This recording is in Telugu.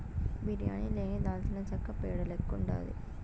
బిర్యానీ లేని దాల్చినచెక్క పేడ లెక్కుండాది